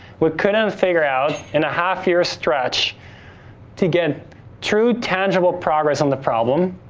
we couldn't figure out in a half year's stretch to get through tangible progress on the problem,